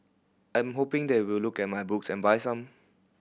I'm hoping they will look at my books and buy some